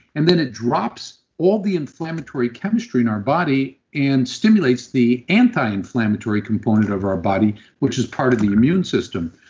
and then it drops all the inflammatory chemistry in our body and stimulates the anti-inflammatory component of our body, which is part of the immune system.